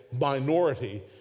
minority